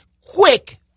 Quick